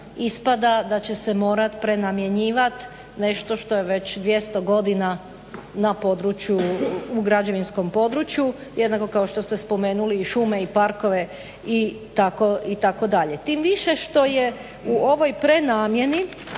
ispada da će se morati prenamjenjivati nešto što je već 200 godina na području u građevinskom području jednako kao što ste spomenuli i šume i parkove i tako dalje. Tim više što je u ovoj prenamjeni